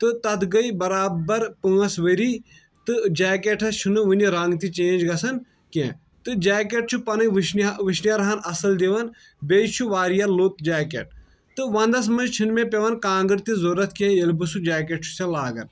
تہٕ تتھ گٔے برابر پانٛژھ ؤرۍ تہٕ جاکیٚٹس چھُنہٕ وُنہِ رنگ تہِ چینج گژھان کیٚنٛہہ تہٕ جاکیٚٹ چھِ پنٕنۍ وشنیرہن اصٕل دِوان بیٚیہِ چھُ واریاہ لوٚت جاکیٚٹ تہٕ ونٛدس منٛز چھُنہٕ مےٚ پیٚوان کانگر تہِ ضرورت کیٚنٛہہ ییٚلہِ بہٕ سُہ جاکیٚٹ چھُسن لاگان